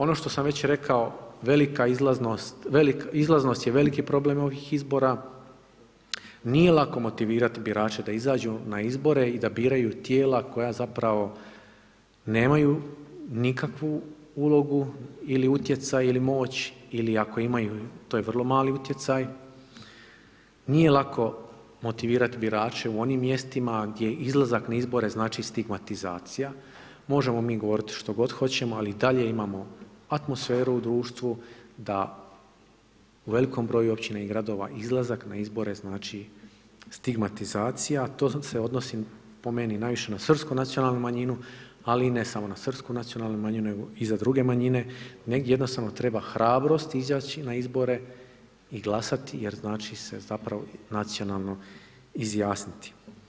Ono što sam već rekao, velika izlaznost, izlaznost je veliki problem ovih izbora, nije lako motivirati birače da izađu na izbore i da biraju tijela koja zapravo nemaju nikakvu ulogu ili utjecaj ili moć ili ako imaju, to je vrlo mali utjecaj, nije lako motivirat birače u onim mjestima gdje izlazak na izbore znači stigmatizacija, možemo mi govorit što god hoćemo, ali i dalje imamo atmosferu u društvu da u velikom broju gradova i općina izlazak na izbore znači stigmatizacija, to se odnosi po meni najviše na srpsku nacionalnu manjinu, ali i ne samo na srpsku nacionalnu manjinu, nego i za druge manjine, negdje jednostavno treba hrabrost izaći na izbore i glasati jer znači se zapravo nacionalno izjasniti.